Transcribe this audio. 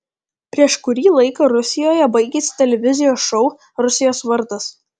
prieš kurį laiką rusijoje baigėsi televizijos šou rusijos vardas